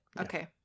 Okay